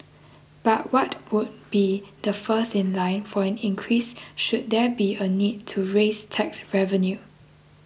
but what would be the first in line for an increase should there be a need to raise tax revenue